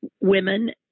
women